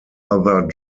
other